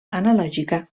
analògica